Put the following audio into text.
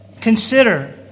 Consider